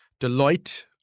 Deloitte